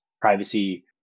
privacy